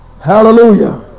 Hallelujah